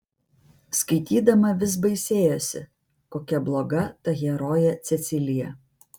skaitydama vis baisėjosi kokia bloga ta herojė cecilija